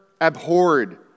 abhorred